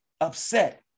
upset